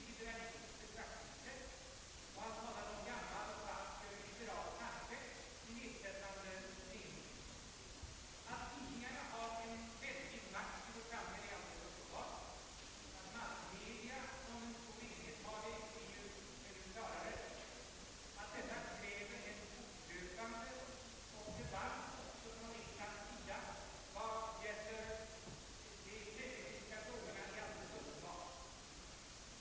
Herr talman! Jag vill först och främst understryka, att jag ingalunda har riktat några generella angrepp mot yngre journalister; jag har tvärtom framhävt de svårigheter under vilka dessa journalister arbetat. Men jag har samtidigt noterat, att det finns exempel på sjunkande yrkesmoral inte minst hos vissa yngre journalister. Detta kan dock uppenbarligen inte tolkas som ett generellt angrepp. Jag har också sagt att chefredaktörerna har sitt ansvar, och jag tror att en del av de problem det här gäller uppstår, kanske vi kan säga, genom ett samspel mellan chefredaktörer med otillräcklig ansvarskänsla och yngre journalister med otillräcklig yrkesmoral.